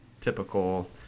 typical